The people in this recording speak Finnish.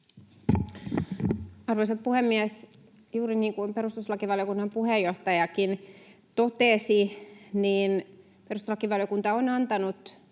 Arvoisa puhemies! Juuri niin kuin perustuslakivaliokunnan puheenjohtajakin totesi, perustuslakivaliokunta on antanut